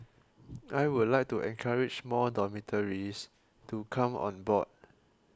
I would like to encourage more dormitories to come on board